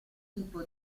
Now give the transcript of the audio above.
tipo